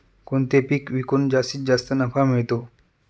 कोणते पीक विकून जास्तीत जास्त नफा मिळतो?